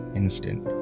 instant